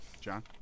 John